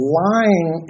lying